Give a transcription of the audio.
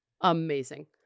Amazing